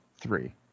three